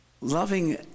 Loving